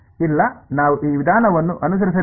ಇಲ್ಲ ನಾವು ಈ ವಿಧಾನವನ್ನು ಅನುಸರಿಸಲಿಲ್ಲ